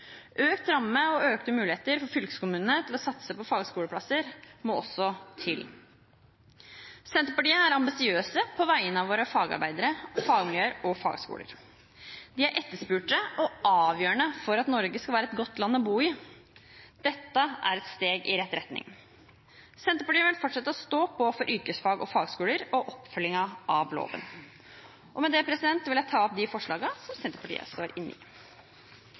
Økt ramme og økte muligheter for fylkeskommunene til å satse på fagskoleplasser må også til. Senterpartiet er ambisiøse på vegne av våre fagarbeidere, fagmiljøer og fagskoler. De er etterspurt og avgjørende for at Norge skal være et godt land å bo i. Dette er et steg i rett retning. Senterpartiet vil fortsette å stå på for yrkesfag og fagskoler og for oppfølgingen av loven. Med dette vil jeg ta opp det forslaget som Senterpartiet